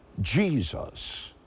Jesus